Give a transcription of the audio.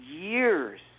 years